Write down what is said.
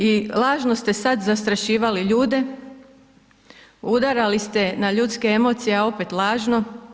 I lažno ste sada zastrašivali ljude, udarali ste, na ljudske emocije, a opet lažno.